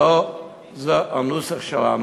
לא זה הנוסח שלנו.